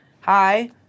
hi